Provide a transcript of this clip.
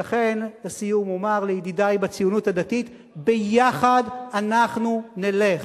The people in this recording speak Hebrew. ולכן לסיום אומר לידידי בציונות הדתית: ביחד אנחנו נלך.